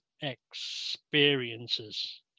experiences